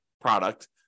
product